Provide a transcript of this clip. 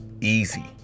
Easy